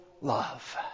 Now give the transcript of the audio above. Love